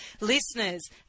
listeners